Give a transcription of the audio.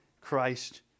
Christ